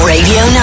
Radio